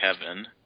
Kevin